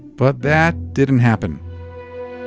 but that didn't happen